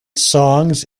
songs